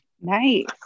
Nice